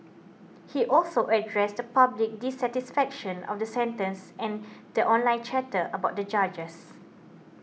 he also addressed the public dissatisfaction of the sentences and the online chatter about the judges